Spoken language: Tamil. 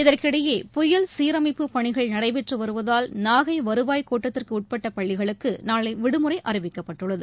இதற்கிடையே புயல் சீரமைப்புப் பணிகள் நடைபெற்றுவருவதால் நாகைவருவாய் கோட்டத்திற்குஉட்பட்டபள்ளிகளுக்குநாளைவிடுமுறைஅறிவிக்கப்பட்டுள்ளது